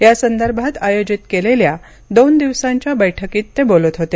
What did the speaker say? यासंदर्भात आयोजित केलेल्या दोन दिवसांच्या बैठकीत ते बोलत होते